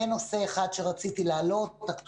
זה נושא אחד שרציתי להעלות אקטואליה,